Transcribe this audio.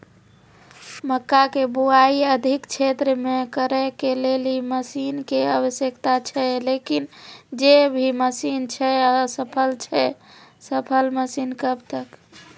मक्का के बुआई अधिक क्षेत्र मे करे के लेली मसीन के आवश्यकता छैय लेकिन जे भी मसीन छैय असफल छैय सफल मसीन कब तक?